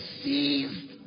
seized